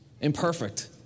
imperfect